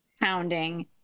pounding